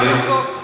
מה לעשות.